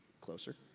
Closer